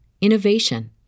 innovation